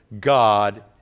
God